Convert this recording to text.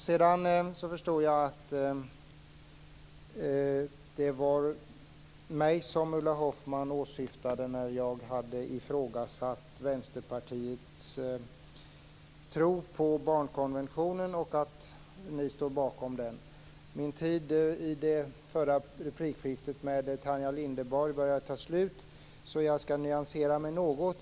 Sedan förstod jag att det var mig Ulla Hoffmann åsyftade för att jag hade ifrågasatt Vänsterpartiets tro på barnkonventionen och att ni står bakom den. Min tid i det förra replikskiftet med Tanja Linderborg började ta slut, så jag skall nyansera mig något.